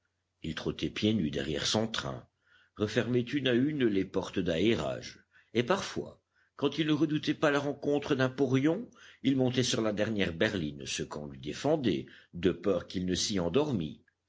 il trottait pieds nus derrière son train refermait une à une les portes d'aérage et parfois quand il ne redoutait pas la rencontre d'un porion il montait sur la dernière berline ce qu'on lui défendait de peur qu'il ne s'y endormît